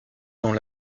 dans